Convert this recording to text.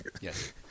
Yes